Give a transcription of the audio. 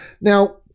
Now